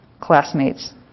classmates